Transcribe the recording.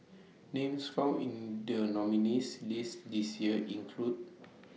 Names found in The nominees' list This Year include